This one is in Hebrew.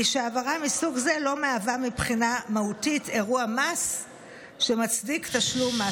הוא שמבחינה מהותית העברה מסוג זה לא מהווה אירוע מס שמצדיק תשלום מס.